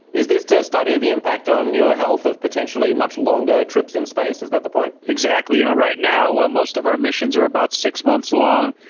is this to study the impact on your health of potentially much longer trips in space, is that the point? exactly. you know, right now most of our missions are about six months long.